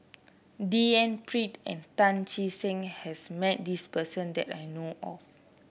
D N Pritt and Tan Che Sang has met this person that I know of